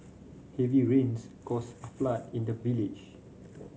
heavy rains caused a flood in the village